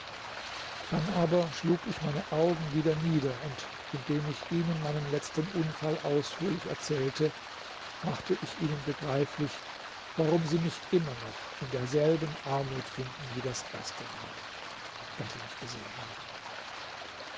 dann aber schlug ich meine augen wieder nieder und indem ich ihnen meinen letzten unfall ausführlich erzählte machte ich ihnen begreiflich warum sie mich immer noch in derselben armut finden wie das erste mal da sie mich gesehen haben